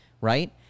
right